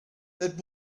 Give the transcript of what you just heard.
that